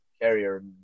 carrier